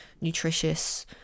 nutritious